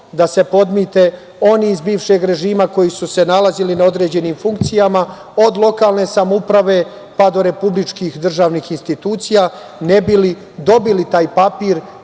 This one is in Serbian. da se podmite oni iz bivšeg režima koji su se nalazili na određenim funkcijama, od lokalne samouprave, pa do republičkih državnih institucija, ne bi li dobili taj papir